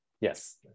Yes